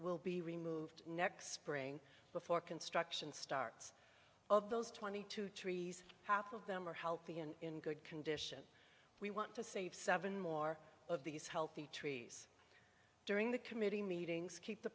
will be removed next spring before construction starts of those twenty two trees half of them are healthy and in good condition we want to save seven more of these healthy trees during the committee meetings keep the